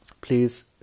Please